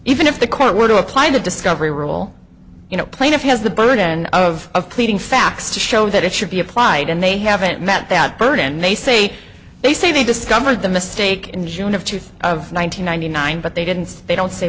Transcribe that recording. even if the court were to apply the discovery rule you know plaintiff has the burden of pleading facts to show that it should be applied and they haven't met that burden and they say they say they discovered the mistake in june of two of one thousand nine hundred nine but they didn't they don't say